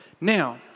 Now